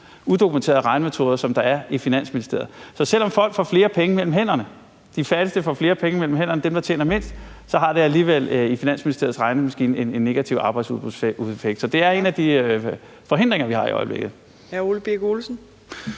udokumenterede regnemetoder, som bruges i Finansministeriet. Så selv om folk får flere penge mellem hænderne, selv om de fattigste – dem, der tjener mindst – får flere penge mellem hænderne, så har det alligevel i Finansministeriets regnemaskine en negativ arbejdsudbudseffekt. Så det er en af de forhindringer, vi står over for i øjeblikket. Kl. 15:39 Fjerde